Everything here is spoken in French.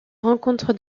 rencontre